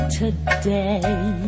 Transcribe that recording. today